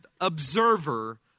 observer